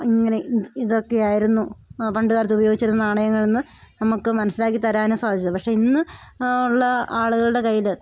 ഇങ്ങനെ ഇതൊക്കെയായിരുന്നു പണ്ടു കാലത്ത് ഉപയോഗിച്ചിരുന്ന നാണയങ്ങളെന്ന് നമുക്ക് മനസ്സിലാക്കി തരാനും സാധിച്ചത് പക്ഷെ ഇന്ന് ഉള്ള ആളുകളുടെ കയ്യിൽ